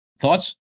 Thoughts